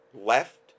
left